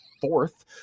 fourth